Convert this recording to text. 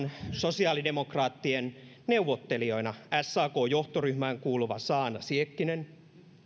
sosiaalidemokraattien neuvottelijana sakn johtoryhmään kuuluva saana siekkinen myös